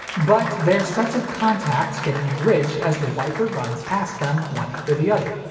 but they're sets of contacts getting bridged as the wiper runs past them, one after the other.